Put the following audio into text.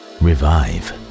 revive